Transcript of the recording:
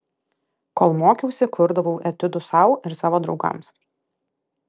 kol mokiausi kurdavau etiudus sau ir savo draugams